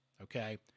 okay